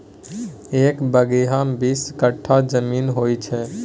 एक बीगहा मे बीस कट्ठा जमीन होइ छै